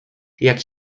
jak